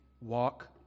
walk